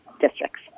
districts